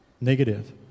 negative